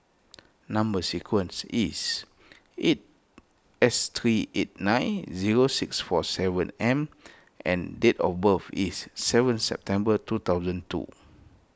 Number Sequence is eight S three eight nine zero six four seven M and date of birth is seven September two thousand two